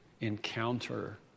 encounter